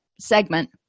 segment